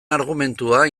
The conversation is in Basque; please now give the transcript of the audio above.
argumentua